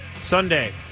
Sunday